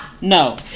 No